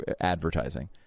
advertising